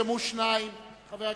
שניים: חברת